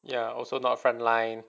ya also not front line